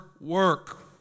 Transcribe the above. work